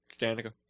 Danica